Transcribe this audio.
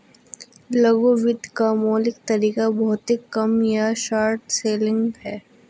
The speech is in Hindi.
लघु वित्त का मौलिक तरीका भौतिक कम या शॉर्ट सेलिंग है